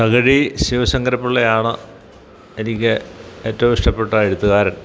തകഴി ശിവശങ്കര പിള്ളയാണ് എനിക്ക് ഏറ്റവും ഇഷ്ടപ്പെട്ട എഴുത്തുകാരൻ